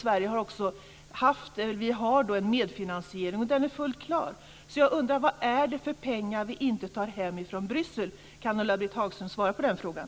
Vi har en medfinansiering, och den är helt klar. Jag undrar vad det är för pengar vi inte tar hem från Bryssel. Kan Ulla-Britt Hagström svara på den frågan?